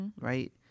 Right